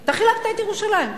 אתה חילקת את ירושלים.